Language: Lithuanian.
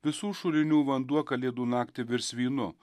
visų šulinių vanduo kalėdų naktį virs vynu